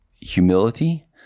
humility